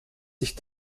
sich